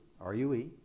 R-U-E